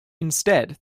instead